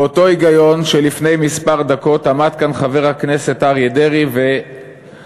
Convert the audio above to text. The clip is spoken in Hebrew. באותו היגיון שלפני כמה דקות עמד כאן חבר הכנסת אריה דרעי וטען,